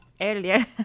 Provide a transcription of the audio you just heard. Earlier